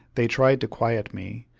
they tried to quiet me,